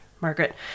Margaret